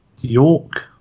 York